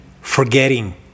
forgetting